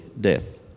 death